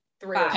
three